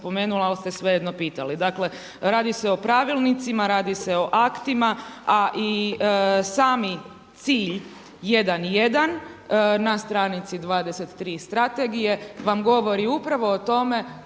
ali ste svejedno pitali. Dakle, radi se o pravilnicima, radi se o aktima, a i sami cilj 1.1 na stranici 23. Strategije vam govori upravo o tome